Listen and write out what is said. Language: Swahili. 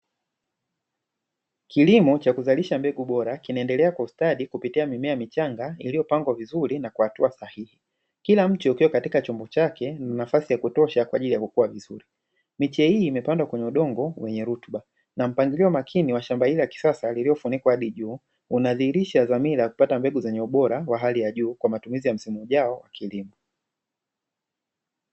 Kilimo cha kuzalisha mbegu bora kinaendelea kustadi kupitia mimea michanga iliyopangwa vizuri na kwa hatua sahihi, kila mche ukiwa katika chombo chake na nafasi ya kutosha kwa ajili ya kukua vizuri. Miche hii imepandwa kwenye udongo wenye rutuba, na mpangilio makini wa shamba hili la kisasa iliyofunikwa hadi juu, unadhihirisha dhamira kupata mbegu zenye ubora wa hali ya juu kwa matumizi ya msimu ujao wa kilimo.